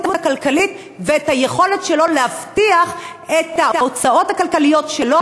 הכלכלית ואת היכולת שלו להבטיח את ההוצאות הכלכליות שלו,